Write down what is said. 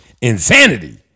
Insanity